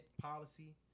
policy